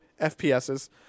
fps's